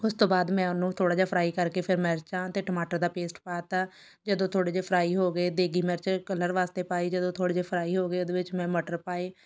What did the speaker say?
ਉਸ ਤੋਂ ਬਾਅਦ ਮੈਂ ਉਹਨੂੰ ਥੋੜ੍ਹਾ ਜਿਹਾ ਫਰਾਈ ਕਰਕੇ ਫਿਰ ਮਿਰਚਾਂ ਅਤੇ ਟਮਾਟਰ ਦਾ ਪੇਸਟ ਪਾ ਦਿੱਤਾ ਜਦੋਂ ਥੋੜ੍ਹੇ ਜਿਹੇ ਫਰਾਈ ਹੋ ਗਏ ਦੇਗੀ ਮਿਰਚ ਕਲਰ ਵਾਸਤੇ ਪਾਈ ਜਦੋਂ ਥੋੜ੍ਹੇ ਜਿਹੇ ਫਰਾਈ ਹੋ ਗਏ ਉਹਦੇ ਵਿੱਚ ਮੈਂ ਮਟਰ ਪਾਏ